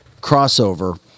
crossover